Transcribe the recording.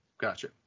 Gotcha